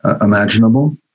imaginable